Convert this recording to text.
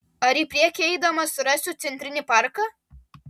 ar į priekį eidamas rasiu centrinį parką